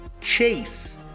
Chase